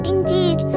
Indeed